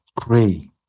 Pray